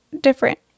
different